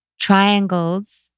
Triangles